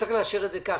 שצריך לאשר את זה כך.